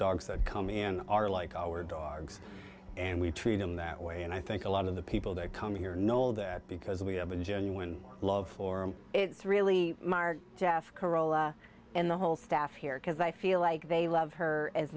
dogs that come in are like our dogs and we treat them that way and i think a lot of the people that come here know that because we have a genuine love for him it's really mark corolla and the whole staff here because i feel like they love her as